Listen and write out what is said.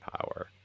power